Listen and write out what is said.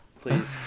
Please